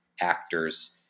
actors